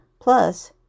Plus